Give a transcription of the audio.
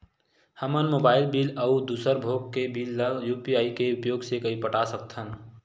हमन mobile bill अउ दूसर भोग के बिल ला यू.पी.आई के उपयोग से पटा सकथन